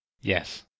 Yes